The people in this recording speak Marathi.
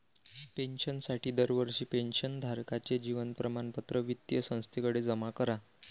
पेन्शनसाठी दरवर्षी पेन्शन धारकाचे जीवन प्रमाणपत्र वित्तीय संस्थेकडे जमा करा